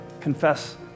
confess